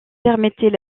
permettaient